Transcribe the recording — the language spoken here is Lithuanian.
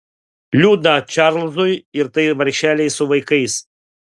liūdna čarlzui ir tai vargšelei su vaikais